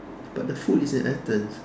but the food is in Athens